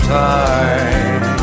time